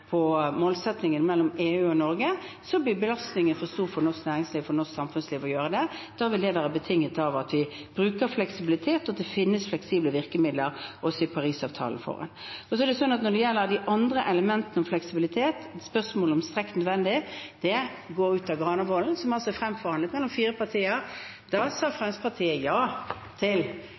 for stor for norsk næringsliv og norsk samfunnsliv. Da vil det være betinget av at vi bruker fleksibilitet, og av at det finnes fleksible virkemidler også i Parisavtalen. Når det gjelder de andre elementene om fleksibilitet – spørsmålet om strengt nødvendig – utgår det fra Granavolden-plattformen, som ble fremforhandlet av fire partier. Da sa Fremskrittspartiet ja til bare å bruke de fleksible mekanismene hvis det var strengt nødvendig. Det står i Granavolden-plattformen. Vi går videre til